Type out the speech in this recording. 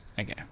Okay